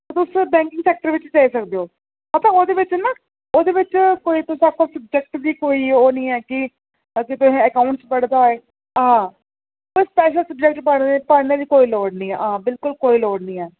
तुस banking sector बिच जाई सकदे ओ पता ओह्दे बिच ना ओह्दे बिच कोई तुस आक्खो सब्जैक्ट दी कोई ओ निं ऐ कि अग्गे तुसें अकाऊंटस पढ़े दा होऐ हां तुसें स्पैशल सब्जैक्ट पढ़ने दी लोड़ निं ऐ हां बिल्कुल लोड़ निं ऐ